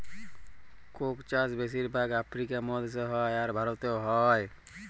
Coke চাষ বেশির ভাগ আফ্রিকা মহাদেশে হ্যয়, আর ভারতেও হ্য়য়